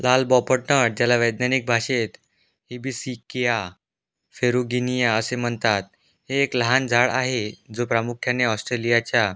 लाल बॉपट नट ज्याला वैज्ञानिक भाषेत इबीसिकीया फेरुगिनिया असे म्हणतात हे एक लहान झाड आहे जो प्रामुख्याने ऑस्ट्रेलियाच्या